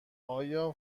آیا